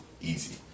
Easy